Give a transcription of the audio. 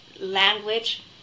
language